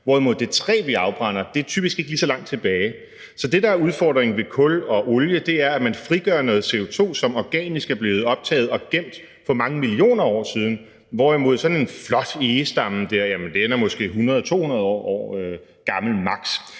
hvorimod det træ, vi afbrænder, typisk ikke stammer lige så langt tilbage fra. Så det, der er udfordringen ved kul og olie, er, at man frigør noget CO2, som organisk er blevet optaget og gemt for mange millioner år siden, hvorimod sådan en flot egestamme måske er 100-200 år gammel –